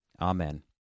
Amen